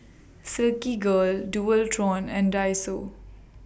Silkygirl Dualtron and Daiso